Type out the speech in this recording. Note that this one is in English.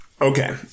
Okay